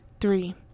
Three